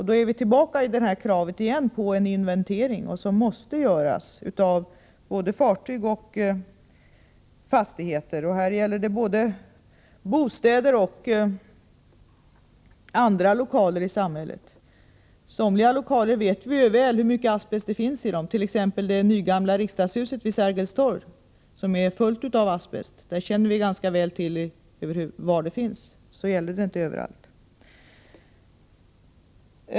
Då är vi tillbaka vid kravet på en inventering, som måste göras av både fartyg och fastigheter, och här gäller det såväl bostäder som andra lokaler i samhället. I fråga om somliga lokaler vet vi väl hur mycket asbest där finns. Så är fallet t.ex. med det tidigare riksdagshuset vid Sergels torg. Det huset är fullt av asbest. Där känner vi ganska väl till var asbesten finns — så är det inte överallt.